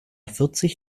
vierzig